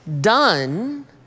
done